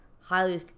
highly